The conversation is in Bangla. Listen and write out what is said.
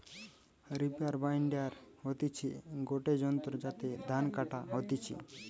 রিপার বাইন্ডার হতিছে গটে যন্ত্র যাতে ধান কাটা হতিছে